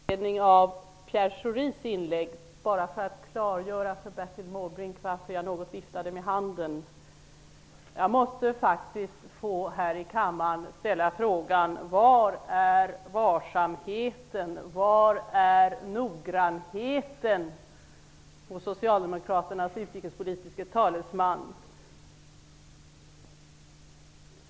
Herr talman! Jag begärde ordet för ett särskilt inlägg med anledning av Pierre Schoris inlägg. Jag vill klargöra för Bertil Måbrink varför jag något viftade med handen. Jag måste faktiskt få här i kammaren ställa frågan: Var är varsamheten och noggrannheten hos Socialdemokraternas utrikespolitiske talesman?